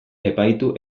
epaitu